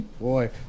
Boy